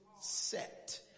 set